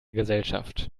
gesellschaft